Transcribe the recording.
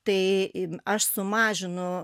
tai aš sumažinu